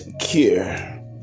care